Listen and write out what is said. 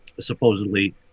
supposedly